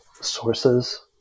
sources